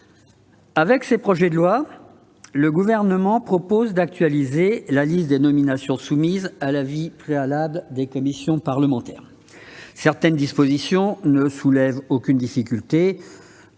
Avec ces projets de loi, le Gouvernement propose d'actualiser la liste des nominations soumises à l'avis préalable des commissions parlementaires. Certaines dispositions ne soulèvent aucune difficulté,